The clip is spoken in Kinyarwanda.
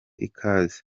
ikaze